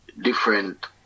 different